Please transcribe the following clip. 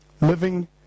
living